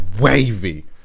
wavy